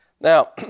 Now